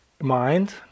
mind